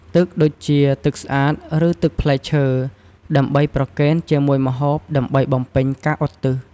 ទឹកដូចជា ទឹកស្អាត ឬទឹកផ្លែឈើ ដើម្បីប្រគេនជាមួយម្ហូប ដើម្បីបំពេញការឧទ្ទិស។